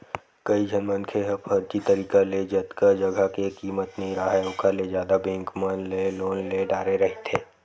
कइझन मनखे ह फरजी तरिका ले जतका जघा के कीमत नइ राहय ओखर ले जादा बेंक मन ले लोन ले डारे रहिथे